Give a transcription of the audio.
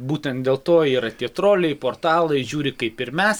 būtent dėl to yra tie troliai portalai žiūri kaip ir mes